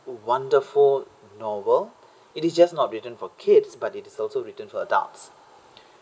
wonderful novel it is just not written for kids but it is also written for adults